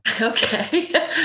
Okay